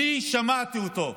אני שמעתי אותו.